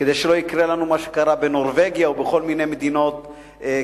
כדי שלא יקרה לנו מה שקרה בנורבגיה או בכל מיני מדינות כאלה,